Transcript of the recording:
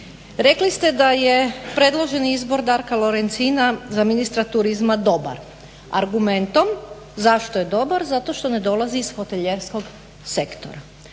rekli ste da je predloženi izbor Darka Lorencina za ministra turizma dobar, argumentom, zašto je dobar zato što ne dolazi iz hotelijerskog sektora.